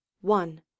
one